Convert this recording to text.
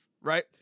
right